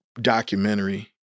documentary